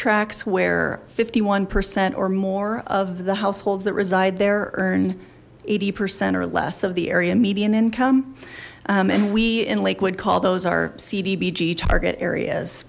tracts where fifty one percent or more of the households that reside there earn eighty percent or less of the area median income and we in lakewood call those our cdbg target areas